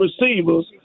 receivers –